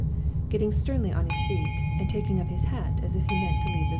getting sternly on his feet, and taking up his hat as if he meant to leave the room.